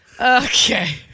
Okay